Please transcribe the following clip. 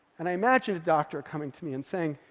and i imagined a doctor coming to me and saying,